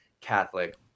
Catholic